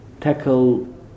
tackle